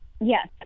Yes